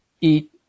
eat